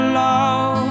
love